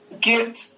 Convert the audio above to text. get